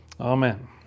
Amen